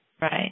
right